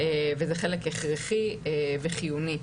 וזה חלק הכרחי וחיוני.